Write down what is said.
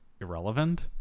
irrelevant